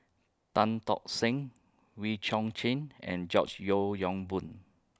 Tan Tock Seng Wee Chong Jin and George Yeo Yong Boon